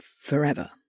forever